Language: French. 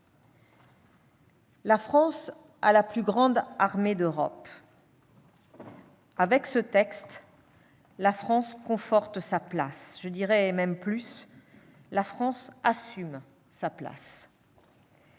La France a la plus grande armée d'Europe. Avec ce texte, elle conforte sa place. Je dirais même plus : la France assume sa place.